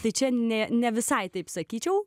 tai čia ne ne visai taip sakyčiau